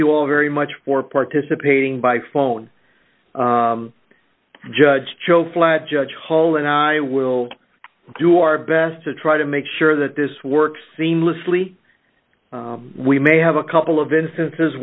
all very much for participating by phone judge joe flat judge hall and i will do our best to try to make sure that this works seamlessly we may have a couple of instances